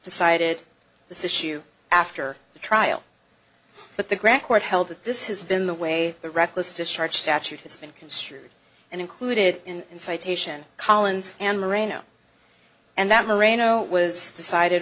decided this issue after the trial but the grass court held that this has been the way the reckless discharge statute has been construed and included in citation collins and marino and that marino was decided